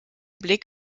blick